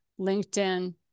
LinkedIn